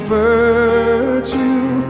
virtue